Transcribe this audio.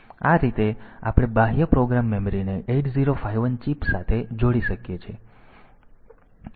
તેથી આ રીતે આપણે બાહ્ય પ્રોગ્રામ મેમરીને 8051 ચિપ સાથે જોડી શકીએ છીએ